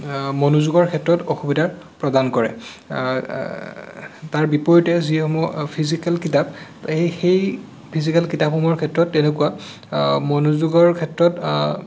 মনোযোগৰ ক্ষেত্ৰত অসুবিধা প্ৰদান কৰে তাৰ বিপৰীতে যিসমূহ ফিজিকেল কিতাপ সেই সেই ফিজিকেল কিতাপসমূহৰ ক্ষেত্ৰত তেনেকুৱা মনোযোগৰ ক্ষেত্ৰত